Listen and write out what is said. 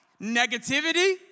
negativity